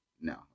no